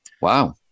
Wow